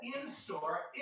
in-store